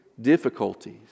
difficulties